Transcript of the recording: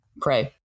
pray